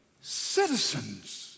citizens